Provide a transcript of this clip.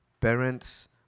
Parents